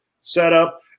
setup